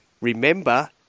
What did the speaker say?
Remember